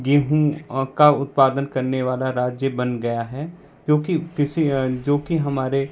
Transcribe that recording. गेहूं का उत्पादन करने वाला राज्य बन गया है जो कि किसी जो कि हमारे